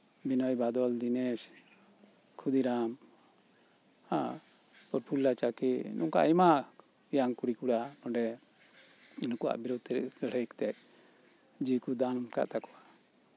ᱵᱤᱱᱚᱭᱼᱵᱟᱫᱚᱞᱼᱫᱤᱱᱮᱥ ᱠᱷᱚᱫᱤᱨᱟᱢ ᱯᱨᱚᱯᱷᱩᱞᱞᱚ ᱪᱟᱠᱤ ᱱᱚᱝᱠᱟ ᱟᱭᱢᱟ ᱤᱭᱟᱝ ᱠᱚᱲᱤ ᱠᱚᱲᱟ ᱚᱸᱰᱮ ᱩᱱᱠᱩᱣᱟᱜ ᱵᱤᱨᱩᱫᱽ ᱨᱮ ᱞᱟᱹᱲᱦᱟᱹᱭ ᱠᱟᱛᱮᱫ ᱡᱤᱣᱤ ᱠᱚ ᱫᱟᱱ ᱟᱠᱟᱫ ᱛᱟᱠᱚᱣᱟ